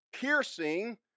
piercing